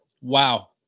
Wow